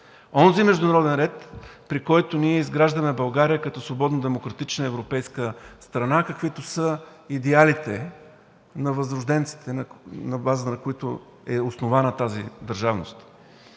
онзи международен ред, при който изграждаме България като свободна, демократична и европейска страна, каквито са идеалите на възрожденците, на базата на които е основана тази държавност.